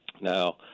Now